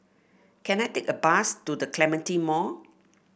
can I take a bus to The Clementi Mall